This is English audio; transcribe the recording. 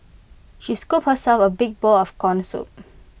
she scooped herself A big bowl of Corn Soup